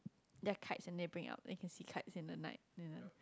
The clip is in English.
their kites and they bring out they can see kites in the night you know